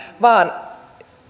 vaan